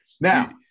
Now